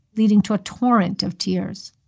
leading to a torrent of tears.